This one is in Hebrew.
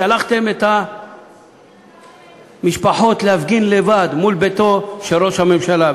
שלחתם את המשפחות להפגין לבד מול ביתו של ראש הממשלה.